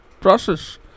process